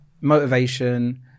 motivation